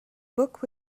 book